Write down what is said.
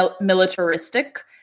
militaristic